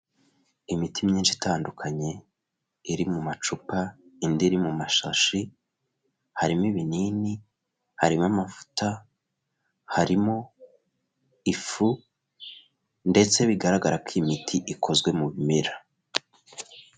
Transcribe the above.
Imiti myinshi itandukanye iri mu macupa, indi iri mu mashashi, harimo ibinini, harimo amavuta, harimo ifu ndetse bigaragara ko iyi miti ikozwe mu bimera.